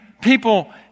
people